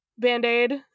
Band-aid